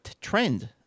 trend